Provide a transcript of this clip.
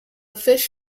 fish